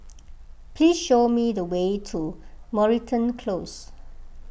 please show me the way to Moreton Close